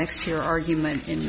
next year argument in